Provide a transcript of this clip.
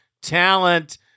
talent